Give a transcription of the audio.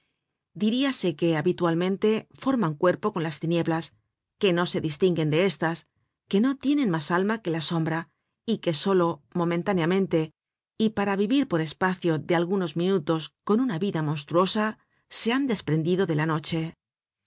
animada diríase que habitualmente forman cuerpo con las tinieblas que no se distinguen de estas que no tienen mas alma que la sombra y que solo momentáneamente y para vivir por espacio de algunos minutos con una vida monstruosa se han desprendido de la noche